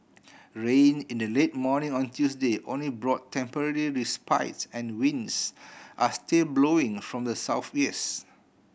rain in the late morning on Tuesday only brought temporary respites and winds are still blowing from the